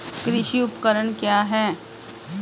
कृषि उपकरण क्या है?